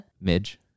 Midge